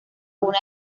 una